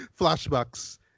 flashbacks